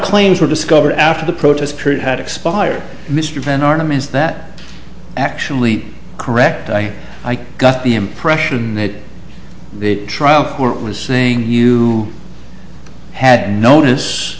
claims were discovered after the protest period had expired mr van arnim is that actually correct i got the impression that the trial court was saying you had notice